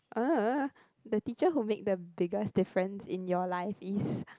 the teacher who make the biggest difference in your life is